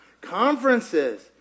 conferences